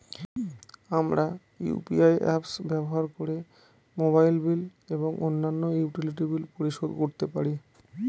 আমরা UPI apps ব্যবহার করে মোবাইল বিল এবং অন্যান্য ইউটিলিটি বিল পরিশোধ করতে পারি